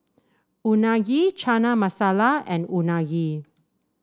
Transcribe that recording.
Unagi Chana Masala and Unagi